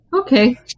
Okay